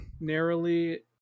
Narrowly